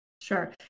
Sure